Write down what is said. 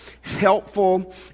helpful